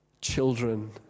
children